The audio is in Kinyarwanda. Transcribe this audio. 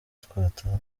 twataha